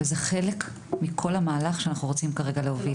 זה חלק מכל המהלך שאנחנו רוצים להוביל.